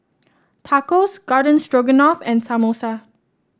Tacos Garden Stroganoff and Samosa